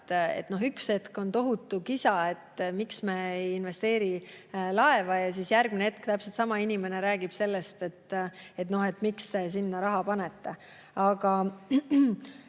et üks hetk on tohutu kisa, miks me ei investeeri laeva, ja järgmine hetk täpselt sama inimene räägib sellest, et miks te sinna raha panete.